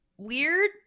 Weird